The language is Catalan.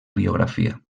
biografia